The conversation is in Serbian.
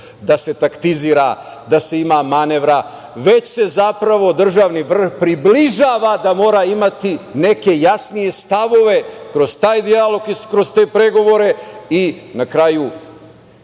da se taktizira, da se ima manevra, već se zapravo državni vrh približava da mora imati neke jasnije stavove kroz taj dijalog i kroz te pregovore i na kraju